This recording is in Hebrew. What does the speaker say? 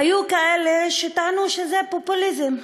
היו כאלה שטענו שזה פופוליזם,